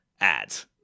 Ads